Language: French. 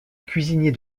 cuisinier